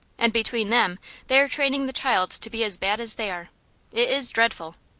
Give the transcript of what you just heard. and between them they are training the child to be as bad as they are. it is dreadful.